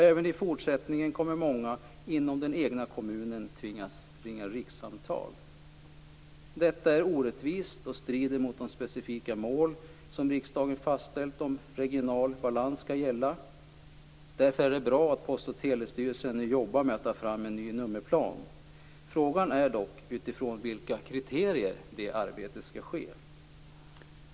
Även i fortsättningen kommer många att tvingas ringa rikssamtal inom den egna kommunen. Detta är orättvist och strider mot de specifika mål som riksdagen har fastställt om regional balans. Därför är det bra att Post och telestyrelsen nu jobbar med att ta fram en ny nummerplan. Frågan är dock utifrån vilka kriterier det arbetet skall ske.